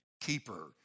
keeper